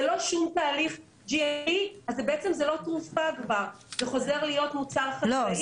ללא שום תהליך GMT. זה בעצם חוזר להיות מוצר חקלאי --- לא,